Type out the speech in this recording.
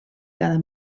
cada